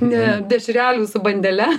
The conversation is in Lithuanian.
ne dešrelių su bandele